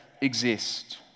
exist